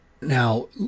now